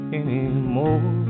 anymore